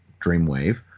Dreamwave